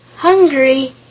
Hungry